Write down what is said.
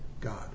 God